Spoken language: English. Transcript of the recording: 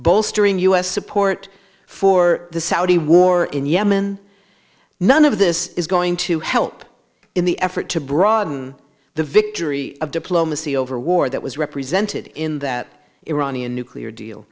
bolstering u s support for the saudi war in yemen none of this is going to help in the effort to broaden the victory of diplomacy over war that was represented in that iranian nuclear deal